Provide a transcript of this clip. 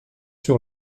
sur